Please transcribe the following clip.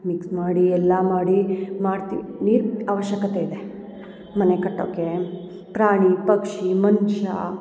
mix ಮಾಡಿ ಎಲ್ಲ ಮಾಡಿ ಮಾಡ್ತೀವಿ ನೀರು ಆವಶ್ಯಕತೆ ಇದೆ ಮನೆ ಕಟ್ಟೋಕೆ ಪ್ರಾಣಿ ಪಕ್ಷಿ ಮನುಷ್ಯ